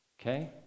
Okay